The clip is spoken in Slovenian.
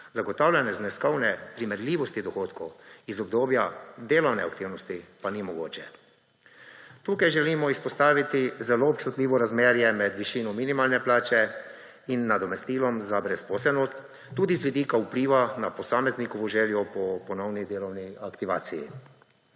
Zagotavljanje zneskovne primerljivosti dohodkov iz obdobja delovne aktivnosti pa ni mogoče. Tukaj želimo izpostaviti zelo občutljivo razmerje med višino minimalne plače in nadomestilom za brezposelnost tudi z vidika vpliva na posameznikovo željo po ponovnih delovni aktivaciji.